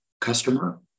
customer